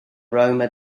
roma